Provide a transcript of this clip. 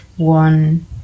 one